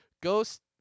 Ghost